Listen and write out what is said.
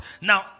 Now